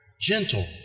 gentle